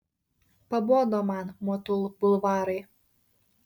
pabodo man motul bulvarai